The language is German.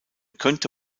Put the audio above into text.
könnte